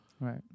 Right